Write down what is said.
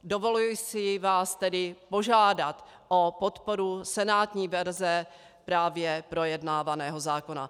Dovoluji si vás tedy požádat o podporu senátní verze právě projednávaného zákona.